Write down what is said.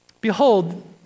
Behold